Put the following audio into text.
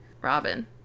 Robin